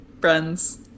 friends